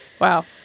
Wow